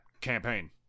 campaign